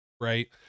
right